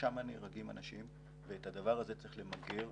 שם נהרגים אנשים ואת הדבר הזה צריך למגר.